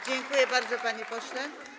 Dziękuję bardzo, panie pośle.